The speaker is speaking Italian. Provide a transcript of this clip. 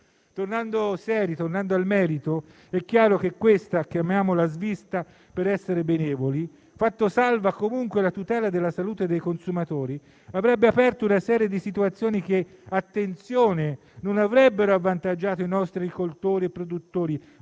tornando al merito, è chiaro che questa svista - chiamiamola così per essere benevoli -, fatta salva comunque la tutela della salute dei consumatori, avrebbe aperto una serie di situazioni che - attenzione - non avrebbero avvantaggiato i nostri agricoltori e produttori,